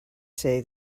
say